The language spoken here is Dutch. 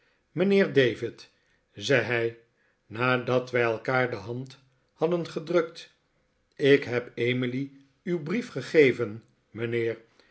mijnheer david zei hij nadat wij elkaar de hand hadden gedrukt ik heb emily uw brief gegeven